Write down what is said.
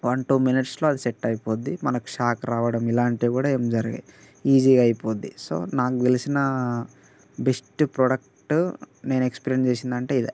one two మినిట్స్లో అది set అయిపోద్ది మనకు షాక్ రావడం ఇలాంటివి కూడా ఏం జరుగవు ఈజీగా అయిపోద్ది సో నాకు తెలిసిన బెస్ట్ ప్రోడక్ట్ నేను ఎక్స్పీరియన్స్ చేసింది అంటే ఇదే